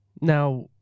Now